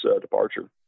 departure